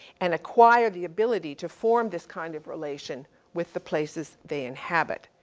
and acquire the ability to form this kind of relation with the places they inhabit.